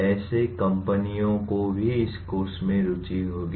ऐसी कंपनियों को भी इस कोर्स में रुचि होगी